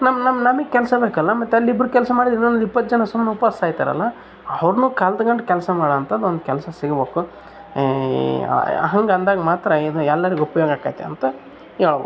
ನಮ್ಮ ನಮ್ಮ ನಮಗ್ ಕೆಲಸ ಬೇಕಲ್ಲ ಮತ್ತು ಅಲ್ಲಿ ಇಬ್ರು ಕೆಲಸ ಮಾಡಿದರೆ ಇನ್ನೊಂದು ಇಪ್ಪತ್ತು ಜನ ಸುಮ್ನೆ ಉಪವಾಸ ಸಾಯ್ತಾರಲ್ಲ ಅವ್ರನ್ನು ಕಲೆತ್ಕೊಂಡ್ ಕೆಲಸ ಮಾಡುವಂಥದ್ ಒಂದು ಕೆಲಸ ಸಿಗ್ಬೇಕು ಹಂಗೆ ಅಂದಾಗ ಮಾತ್ರ ಇದು ಎಲ್ಲರಿಗೆ ಉಪಯೋಗ ಆಗತ್ತೆ ಅಂತ ಹೇಳ್ಬೋದು